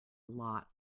lot